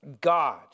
God